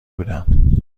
بودم